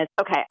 okay